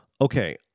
Okay